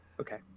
okay